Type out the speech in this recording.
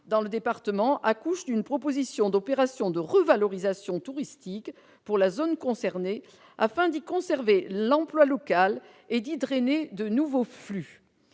dans le département accoucherait d'une proposition d'opération de revalorisation touristique pour la zone concernée, afin d'y conserver l'emploi local et d'y drainer de nouveaux flux.